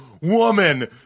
woman